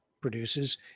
produces